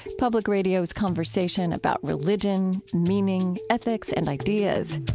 public radio's conversation about religion, meaning, ethics, and ideas